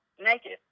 naked